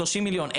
30 מיליון.